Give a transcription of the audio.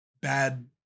bad